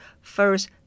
first